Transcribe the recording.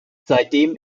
seitdem